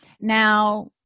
Now